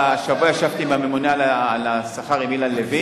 השבוע ישבתי עם הממונה על השכר אילן לוין,